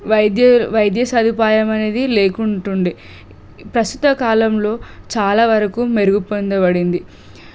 వైద్య వైద్య సదుపాయం అనేది లేకుంటుండేది ప్రస్తుత కాలంలో చాలా వరకు మెరుగుపడింది